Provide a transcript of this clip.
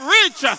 rich